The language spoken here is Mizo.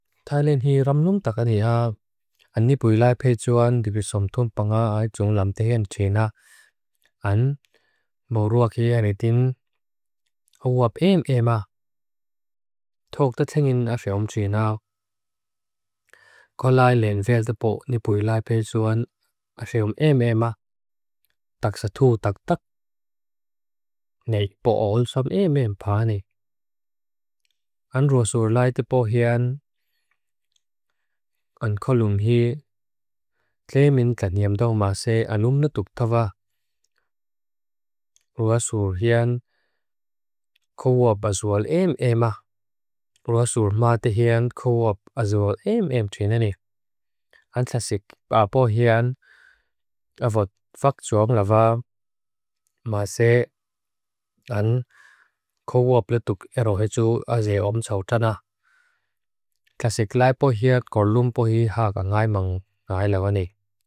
Thailand hi ram nung takan hia. An nipuyilai peijuan nipisom thum pangaa ae jung lamdengen china. An moruak hia ne din. Awap eem eema. Thok tatengin ase om china. Ko lai len vel de bo nipuyilai peijuan ase om eem eema. Tak satu tak tak. Neik bo ol som eem eem paane. An ruasur lai tepo hian. An kolung hi kle min tla neam daw maa se an umnatuk thava. Ruasur hian kowop azual eem eema. Ruasur maa te hian kowop azual eem eem china ne. An tasik paa po hian. Awap fak juang lava maa se an kowop letuk erohetu aze om tsao tana. Tasik lai po hian kolung po hi haa ka ngai mang ngai lawani.